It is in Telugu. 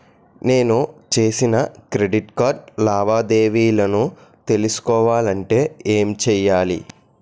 నేను చేసిన క్రెడిట్ కార్డ్ లావాదేవీలను తెలుసుకోవాలంటే ఏం చేయాలి?